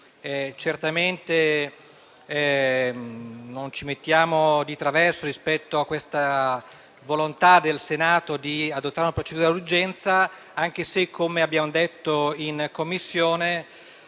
Certamente, non ci mettiamo quindi di traverso rispetto alla volontà del Senato di adottare una procedura d'urgenza, anche se, come abbiamo detto in Commissione,